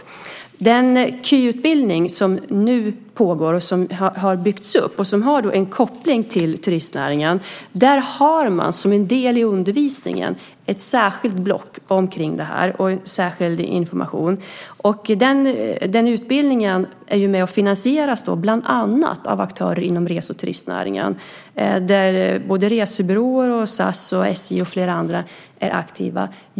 I den KY som nu pågår och som har koppling till turistnäringen har man som en del i undervisningen ett särskilt block kring detta. Den utbildningen finansieras bland annat av aktörer inom rese och turistnäringen. Både resebyråer, SAS, SJ och flera andra är aktiva.